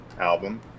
album